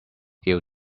ill